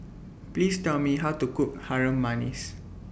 Please Tell Me How to Cook Harum Manis